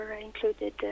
included